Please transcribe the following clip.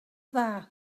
dda